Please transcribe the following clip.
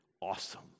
awesome